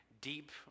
deep